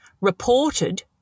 reported